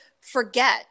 forget